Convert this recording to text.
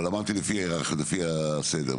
אבל, אמרתי לפי היררכיה, לפי הסדר.